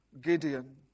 Gideon